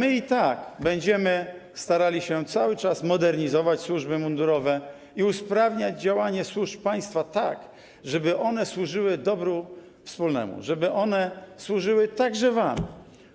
Ale my i tak będziemy starali się cały czas modernizować służby mundurowe i usprawniać działanie służb państwa tak, żeby one służyły dobru wspólnemu, żeby one służyły także wam,